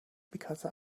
because